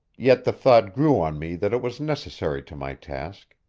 yet the thought grew on me that it was necessary to my task.